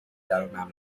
درونم